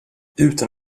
utan